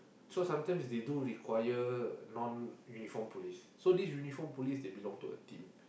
so sometimes they do require non uniform police so this police they do belong to a team